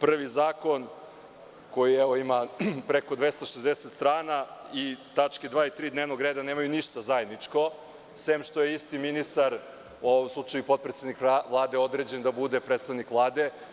prvi zakon koji evo ima preko 260 strana i tačke 2. i 3. dnevnog reda nemaju ništa zajedničko, sem što je isti ministar, u ovom slučaju potpredsednik Vlade, određen da bude predstavnik Vlade.